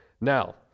Now